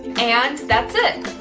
and that's it!